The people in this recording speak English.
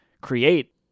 create